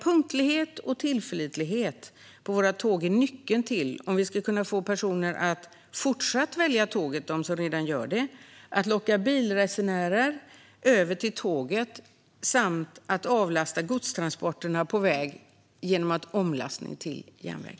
Punktlighet och tillförlitlighet är nyckeln om vi ska kunna få personer att fortsätta välja tåget, locka bilresenärer över till tåget samt avlasta godstransporterna på väg genom omlastning till järnväg.